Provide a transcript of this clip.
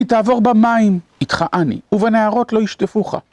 כי תעבר במים, אתך אני, ובנהרות לא ישטפוך...